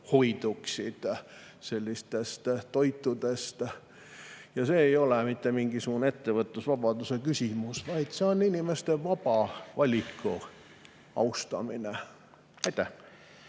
hoiduksid sellistest toitudest. See ei ole mitte mingisugune ettevõtlusvabaduse küsimus, vaid see on inimeste vaba valiku austamise